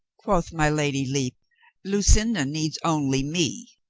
quoth my lady lepe lucinda needs only me,